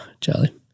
Charlie